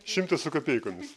šimtą su kapeikomis